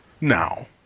Now